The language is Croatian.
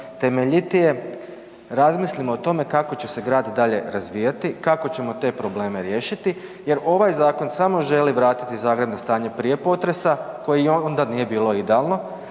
temeljitije razmislimo o tome kako će se grad dalje razvijati, kako ćemo te probleme riješiti jer ovaj zakon samo želi riješiti jer ovaj zakon samo želi vratiti Zagreb na stanje prije potresa koji i onda nije bilo idealno,